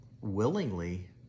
willingly